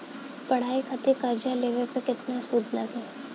पढ़ाई खातिर कर्जा लेवे पर केतना सूद लागी?